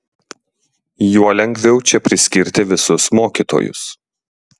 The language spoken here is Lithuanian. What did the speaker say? juo lengviau čia priskirti visus mokytojus